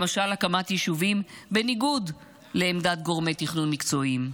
למשל הקמת יישובים בניגוד לעמדת גורמי תכנון מקצועיים.